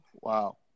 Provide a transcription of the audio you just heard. Wow